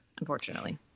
unfortunately